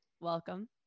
welcome